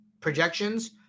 projections